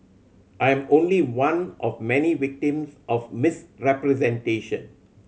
I am only one of many victims of misrepresentation